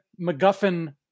MacGuffin